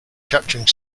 capturing